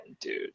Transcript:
dude